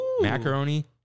macaroni